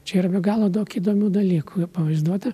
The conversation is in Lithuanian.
čia yra be galo daug įdomių dalykų pavaizduota